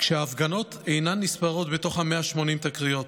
כשההפגנות אינן נספרות בתוך ה-180 תקריות,